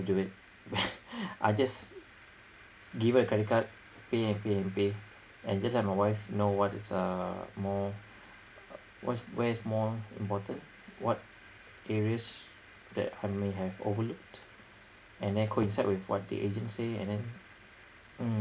do it I just give her the credit card pay and pay and pay and just let my wife know what is err more what's where's more important what areas that I may have overlooked and then coincide with what the agent say and then mm